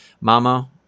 Mama